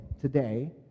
today